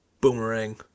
Boomerang